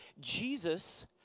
Jesus